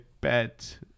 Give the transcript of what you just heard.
bet